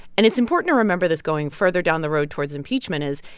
and it's important to remember this going further down the road towards impeachment is,